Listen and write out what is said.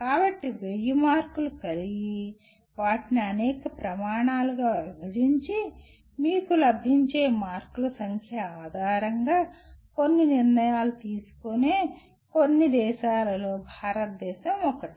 కాబట్టి 1000 మార్కులు కలిగి వాటిని అనేక ప్రమాణాలుగా విభజించి మీకు లభించే మార్కుల సంఖ్య ఆధారంగా కొన్ని నిర్ణయాలు తీసుకునే కొన్ని దేశాలలో భారతదేశం ఒకటి